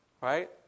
Right